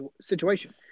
situation